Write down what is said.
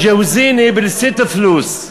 ג'ווזיני בּסתּ פלוס,